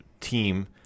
team